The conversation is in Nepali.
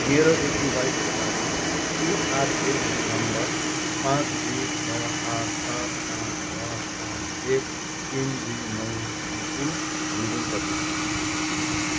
मेरो एपिवाई खातामा पिआरएएन नम्बर पाँच दुई छ आठ सात पाँच छ सात एक तिन दुई नौको कुल होल्डिङ कति छ